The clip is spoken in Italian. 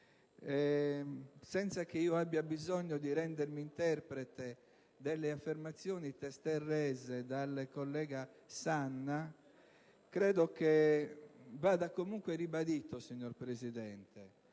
Senza che io abbia bisogno di rendermi interprete delle affermazioni testé rese dal senatore Sanna, credo che vada comunque ribadito, signor Presidente,